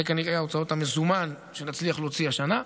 זה כנראה הוצאות המזומן שנצליח להוציא השנה,